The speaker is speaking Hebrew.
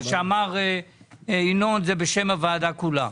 מה שאמר ינון זה בשם הוועדה כולה.